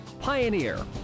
Pioneer